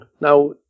now